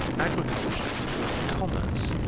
agriculture and commerce,